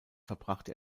verbrachte